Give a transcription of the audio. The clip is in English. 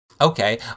Okay